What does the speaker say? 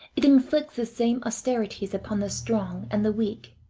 it inflicts the same austerities upon the strong and the weak,